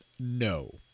no